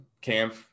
Camp